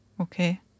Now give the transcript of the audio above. Okay